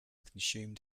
consumed